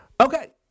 Okay